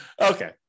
Okay